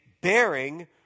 bearing